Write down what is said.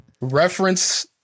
Reference